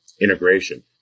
integration